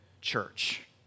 church